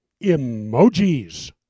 emojis